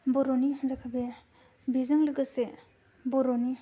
बर'नि बेजों लोगोसे बर'नि